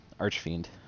Archfiend